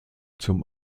zum